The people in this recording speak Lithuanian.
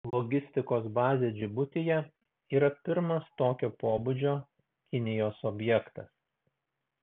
logistikos bazė džibutyje yra pirmas tokio pobūdžio kinijos objektas